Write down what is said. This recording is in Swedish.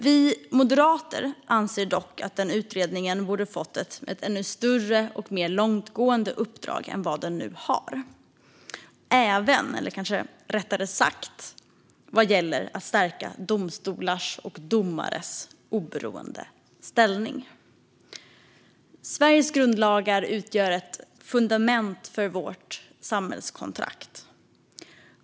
Vi moderater anser dock att den utredningen borde ha fått ett ännu större och mer långtgående uppdrag än vad den nu har även, eller kanske rättare sagt särskilt, vad gäller att stärka domstolars och domares oberoende ställning. Sveriges grundlagar utgör ett fundament för vårt samhällskontrakt.